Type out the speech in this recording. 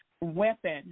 weapon